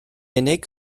unig